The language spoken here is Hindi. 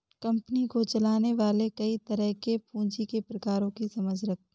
कंपनी को चलाने वाले कई तरह के पूँजी के प्रकारों की समझ रखते हैं